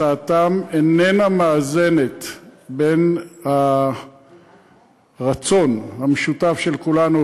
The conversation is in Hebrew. הצעתם איננה מאזנת בין הרצון המשותף של כולנו